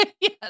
Yes